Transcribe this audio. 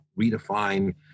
redefine